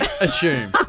assume